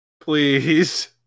Please